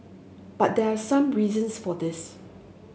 but there are some reasons for this